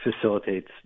facilitates